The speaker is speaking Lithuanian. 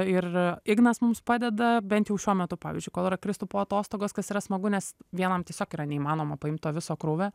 ir ignas mums padeda bent jau šiuo metu pavyzdžiui kol yra kristupo atostogos kas yra smagu nes vienam tiesiog yra neįmanoma paimt to viso krūvio